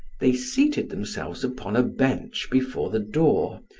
they seated themselves upon a bench before the door,